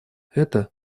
это